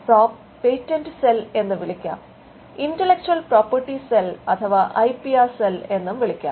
ഇതിനെ patent cell എന്ന് വിളിക്കാം ഇന്റലക്ച്ചൽ പ്രോപ്പർട്ടി സെൽ അഥവാ ഐ പി ആർ സെൽ എന്ന് വിളിക്കാം